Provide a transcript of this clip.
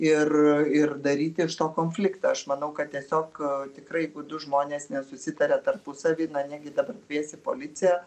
ir ir daryti iš to konfliktą aš manau kad tiesiog tikrai jeigu du žmonės nesusitaria tarpusavy na negi dabar kviesi policiją